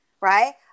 right